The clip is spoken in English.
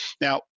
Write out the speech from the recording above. Now